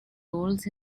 rolls